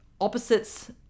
Opposites